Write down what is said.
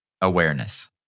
awareness